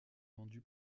vendu